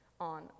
on